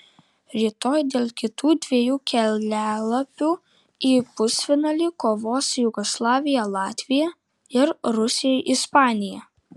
rytoj dėl kitų dviejų kelialapių į pusfinalį kovos jugoslavija latvija ir rusija ispanija